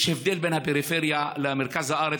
יש הבדל בין הפריפריה למרכז הארץ,